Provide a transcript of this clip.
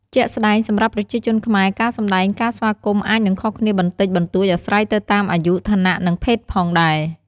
ជាក់ស្ដែង សម្រាប់ប្រជាជនខ្មែរ ការសម្ដែងការស្វាគមន៍អាចនឹងខុសគ្នាបន្តិចបន្តួចអាស្រ័យទៅតាមអាយុ ឋានៈ និងភេទផងដែរ។